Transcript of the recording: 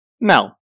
Mel